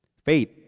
Faith